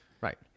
Right